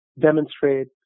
demonstrate